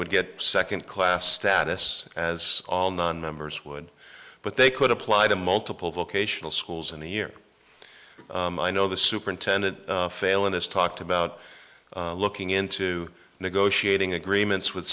would get second class status as all nonmembers would but they could apply to multiple vocational schools in the year i know the superintendent failon has talked about looking into negotiating agreements with